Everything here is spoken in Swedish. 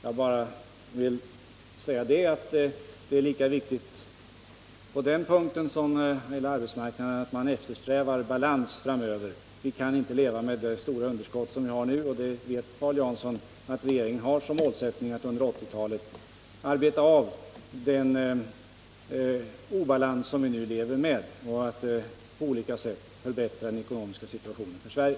Jag vill bara säga att på den punkten är det lika viktigt som det är med arbetsmarknaden att eftersträva balans framöver. Vi kan inte leva med det stora underskott vi har nu. Och Paul Jansson vet att regeringen har som målsättning att under 1980-talet arbeta bort den obalans som vi nu har för att på olika sätt förbättra den ekonomiska situationen för Sverige.